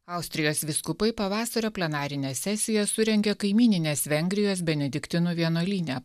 austrijos vyskupai pavasario plenarinę sesiją surengė kaimyninės vengrijos benediktinų vienuolyne